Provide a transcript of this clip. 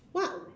what